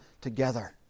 together